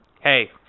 Hey